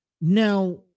Now